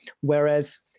Whereas